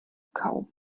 kaum